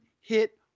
hit